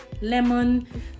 lemon